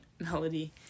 melody